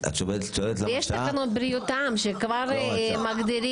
סבלנו מהמגפה